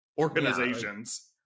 organizations